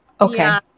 okay